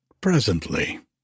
presently